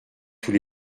tous